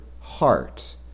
heart